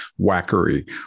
wackery